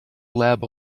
lab